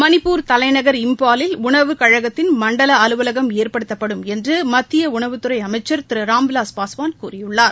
மணிப்பூர் தலைநகர் இம்ப்பாலில் உணவுக் கழகத்தின் மண்டல அலுவலகம் ஏற்படுத்தப்படும் என்று மத்திய உணவுத்துறை அமைச்சா் திரு ராம்விலாஸ் பாஸ்வான் கூறியுள்ளார்